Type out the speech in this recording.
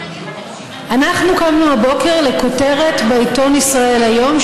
אנחנו קמנו הבוקר לכותרת בעיתון ישראל היום,